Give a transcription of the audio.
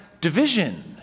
division